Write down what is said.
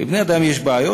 לבני-אדם יש בעיות.